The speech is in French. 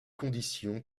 condition